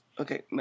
Okay